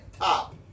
top